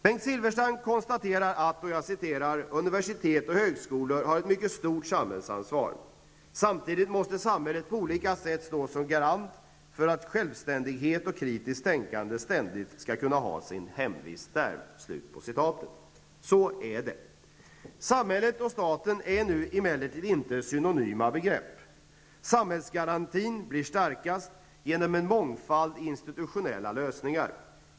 Bengt Silfverstrand konstaterar bl.a.: ''Universitet och högskolor har ett mycket stort samhällsansvar. Samtidigt måste samhället på olika sätt stå som garant för att självständighet och kritiskt tänkande ständigt skall kunna ha sin hemvist där.'' Så är det. Samhället och staten är emellertid inte synonyma begrepp. Samhällsgarantin blir starkast genom en mångfald institutionella lösningar.